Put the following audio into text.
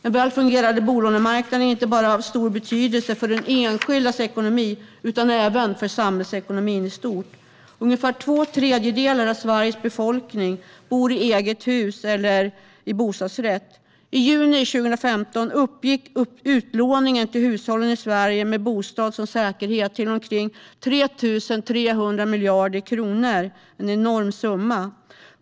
En välfungerande bolånemarknad är inte bara av stor betydelse för den enskildas ekonomi utan även för samhällsekonomin i stort. Ungefär två tredjedelar av Sveriges befolkning bor i eget hus eller i bostadsrätt. I juni 2015 uppgick utlåningen till hushållen i Sverige med bostad som säkerhet till omkring 3 300 miljarder kronor, vilket är en enorm summa.